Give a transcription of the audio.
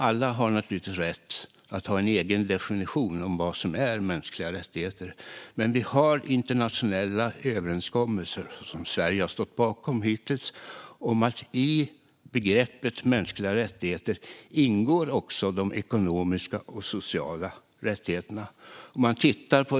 Alla har naturligtvis rätt att ha en egen definition av vad som är mänskliga rättigheter, men det finns internationella överenskommelser som Sverige hittills har stått bakom om att i begreppet mänskliga rättigheter ingår också de ekonomiska och sociala rättigheterna.